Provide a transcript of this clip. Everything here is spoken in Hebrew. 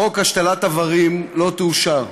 חוק השתלת איברים, לא תאושר.